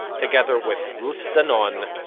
together with ruth danon,